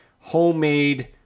homemade